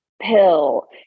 pill